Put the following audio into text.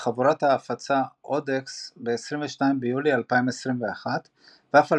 וחברת ההפצה אודקס ב-22 ביולי 2021 ואף על